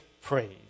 praise